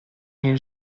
him